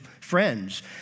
friends